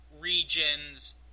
regions